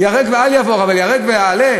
יש מצווה, ייהרג ואל יעבור, אבל ייהרג ויעלה?